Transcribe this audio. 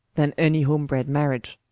then any home-bred marriage